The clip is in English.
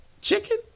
Chicken